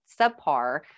subpar